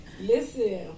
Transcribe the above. Listen